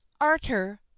arter